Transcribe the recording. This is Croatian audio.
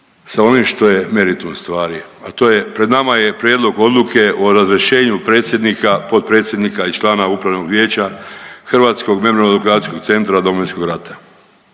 sa ovim što je meritum stvari, a to je pred nama je Prijedlog Odluke o razrješenju predsjednika, potpredsjednika i člana Upravnog vijeća Hrvatskog memorijalno dokumentacijskog centra Domovinskog rata.